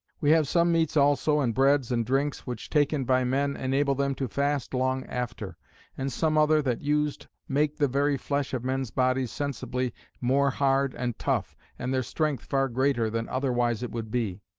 we have some meats also and breads and drinks, which taken by men enable them to fast long after and some other, that used make the very flesh of men's bodies sensibly' more hard and tough and their strength far greater than otherwise it would be.